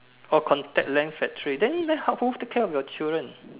oh contact lens factory then how who take care of your children